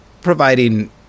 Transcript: providing